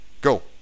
Go